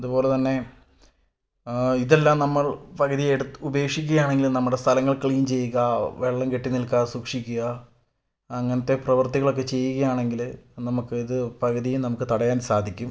അതുപോലെ തന്നെ ഇതെല്ലാം നമ്മൾ ഉപേക്ഷിക്കുകയാണെങ്കിൽ നമ്മുടെ സ്ഥലങ്ങൾ ക്ലീൻ ചെയ്യുക വെള്ളം കെട്ടി നിൽക്കാതെ സൂക്ഷിക്കുക അങ്ങനത്തെ പ്രവർത്തികളൊക്കെ ചെയ്യുകയാണെങ്കിൽ നമ്മൾക്കിത് പകുതിയും നമുക്ക് തടയാൻ സാധിക്കും